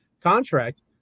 contract